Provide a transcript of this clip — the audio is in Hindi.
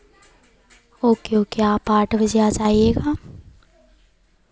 ओके ओके आप आठ बजे आ जाइएगा